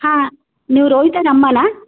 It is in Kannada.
ಹಾಂ ನೀವು ರೋಹಿತನ ಅಮ್ಮನ